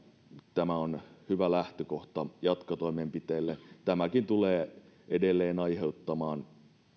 tämä on hyvä lähtökohta jatkotoimenpiteille tämäkin tulee edelleen aiheuttamaan